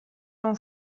non